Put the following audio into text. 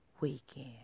weekend